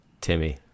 Timmy